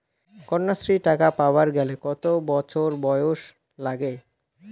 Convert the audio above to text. কন্যাশ্রী টাকা পাবার গেলে কতো বছর বয়স লাগে?